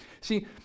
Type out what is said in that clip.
See